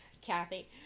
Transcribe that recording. Kathy